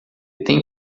tem